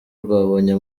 rwabonye